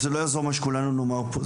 וזה לא יעזור מה שכולנו נאמר פה,